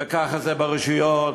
וככה זה ברשויות,